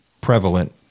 prevalent